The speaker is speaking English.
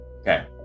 Okay